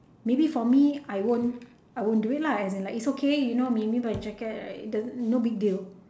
maybe for me I won't I won't do it lah as in like it's okay you know maybe my jacket it doesn't no big deal